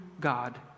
God